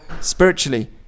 spiritually